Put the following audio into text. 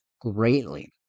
greatly